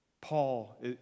Paul